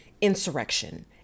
insurrection